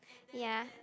ya